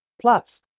Plus